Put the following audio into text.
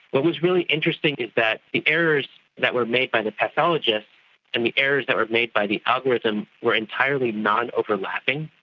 what was really interesting is that the errors that were made by the pathologist and the errors that were made by the algorithm were entirely nonoverlapping,